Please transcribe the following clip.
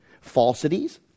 falsities